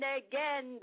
again